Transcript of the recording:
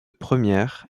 première